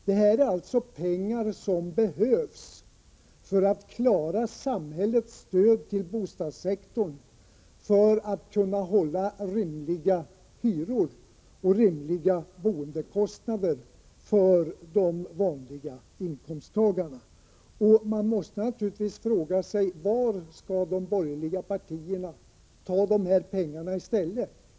Detta är alltså pengar som behövs för att klara samhällets stöd till bostadssektorn och för att kunna hålla rimliga hyror och boendekostnader för de vanliga inkomsttagarna. Man måste naturligtvis fråga: Var skall de borgerliga partierna ta dessa pengar i stället?